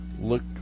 Look